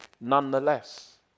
nonetheless